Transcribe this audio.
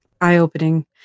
eye-opening